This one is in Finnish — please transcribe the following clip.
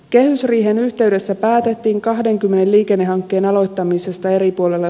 kehysriihen yhteydessä päätettiin kahteenkymmeneen liikennehankkeen aloittamisesta eri puolille